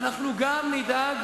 ואנחנו גם נדאג,